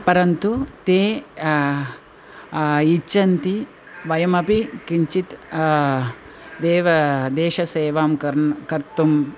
परन्तु ते इच्छन्ति वयमपि किञ्चित् देवः देशसेवां कर्तुं कर्तुं